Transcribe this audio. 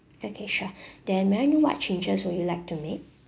okay sure then may I know what changes would you like to make